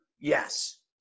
Yes